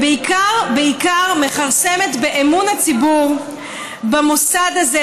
ובעיקר בעיקר מכרסמת באמון הציבור במוסד הזה,